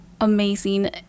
amazing